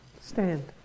stand